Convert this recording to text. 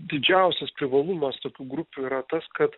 didžiausias privalumas tokių grupių yra tas kad